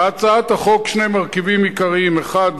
בהצעת החוק שני מרכיבים עיקריים: האחד,